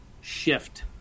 shift